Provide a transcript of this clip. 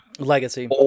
Legacy